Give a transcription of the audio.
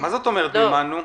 מה זאת אומרת מימנו?